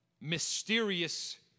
mysterious